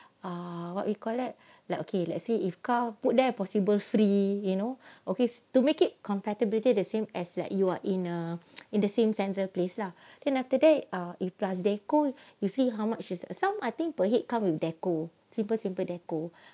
uh what we collect like okay let's say if car put there possible free you know okay is to make it compatibility the same as like you are in a in the same central place lah then after that uh if plus decoration you see how much is some I think per head come with decoration simple simple decoration